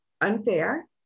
unfair